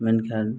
ᱢᱮᱱᱠᱷᱟᱱ